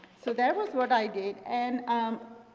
so that is what i did and um